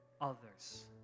others